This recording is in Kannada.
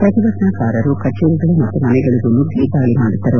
ಪ್ರತಿಭಟನಾಕಾರರು ಕಚೇರಿಗಳು ಮತ್ತು ಮನೆಗಳಗೂ ನುಗ್ಗಿ ದಾಳಿ ಮಾಡಿದ್ದರು